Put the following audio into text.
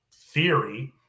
theory